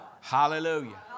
Hallelujah